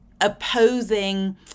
opposing